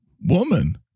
woman